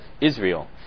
Israel